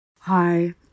Hi